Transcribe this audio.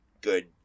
good